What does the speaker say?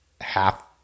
half